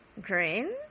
green